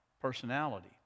personality